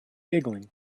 giggling